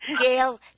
Gail